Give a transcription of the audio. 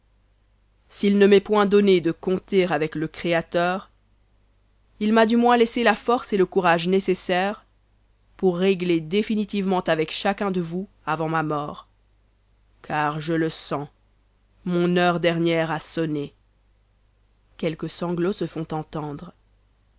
s'il ne m'est point donné de compter avec le créateur il m'a du moins laissé la force et le courage nécessaire pour régler définitivement avec chacun de vous avant ma mort car je le sens mon heure dernière a sonné